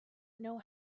know